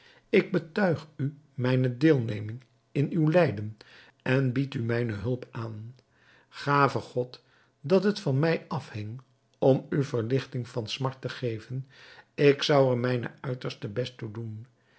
ik betuig u mijne deelneming in uw lijden en bied u mijne hulp aan gave god dat het van mij afhing om u verligting van smart te geven ik zou er mijn uiterste best toe doen